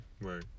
right